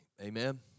Amen